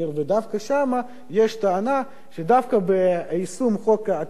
דווקא שם יש טענה שדווקא ביישום חוק ההטבות